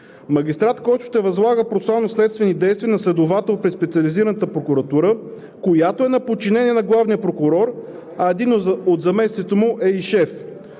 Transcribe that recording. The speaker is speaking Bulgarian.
Магистрат, който ще възлага процесуално-следствени действия на следовател при специализираната прокуратура, която е на подчинение на главния прокурор, а един от заместниците му е и шеф.